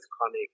chronic